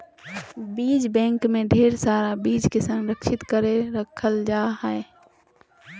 बीज बैंक मे ढेर सारा बीज के संरक्षित करके रखल जा हय